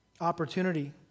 opportunity